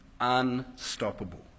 unstoppable